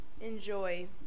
enjoy